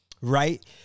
right